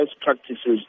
practices